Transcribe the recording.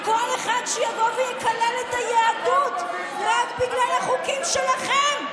כל אחד שיבוא ויקלל את היהדות רק בגלל החוקים שלכם,